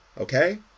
okay